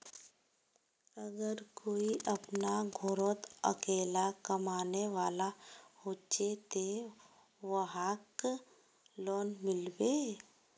अगर कोई अपना घोरोत अकेला कमाने वाला होचे ते वहाक लोन मिलबे?